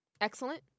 Excellent